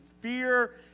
fear